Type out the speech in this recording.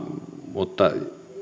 mutta